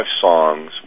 songs